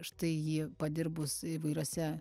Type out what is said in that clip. štai ji padirbus įvairiose